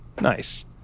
Nice